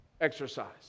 exercise